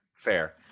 Fair